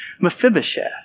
Mephibosheth